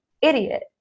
idiot